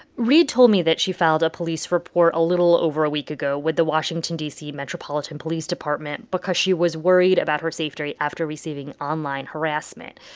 reade told me that she filed a police report a little over a week ago with the washington, d c, metropolitan police department because she was worried about her safety after receiving online harassment.